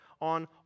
on